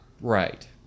Right